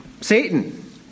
Satan